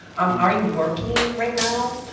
um are you working right now?